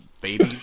baby